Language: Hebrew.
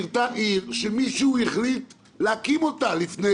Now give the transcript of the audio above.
שמישהו החליט להקים אותה לפני